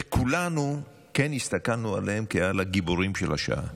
וכולנו הסתכלנו עליהם כעל הגיבורים של השעה.